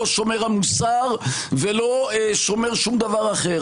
לא שומר המוסר ולא שומר שום דבר אחר.